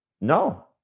No